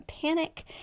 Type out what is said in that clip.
panic